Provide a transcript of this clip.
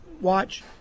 watch